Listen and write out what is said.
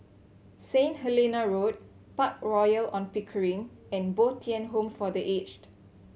Saint Helena Road Park Royal On Pickering and Bo Tien Home for The Aged